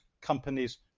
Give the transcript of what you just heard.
companies